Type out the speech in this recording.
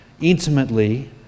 intimately